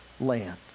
land